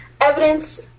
evidence